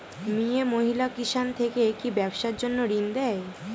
মিয়ে মহিলা কিষান থেকে কি ব্যবসার জন্য ঋন দেয়?